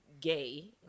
gay